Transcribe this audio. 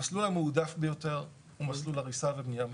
המסלול המועדף ביותר הוא מסלול הריסה ובנייה מחדש,